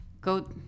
go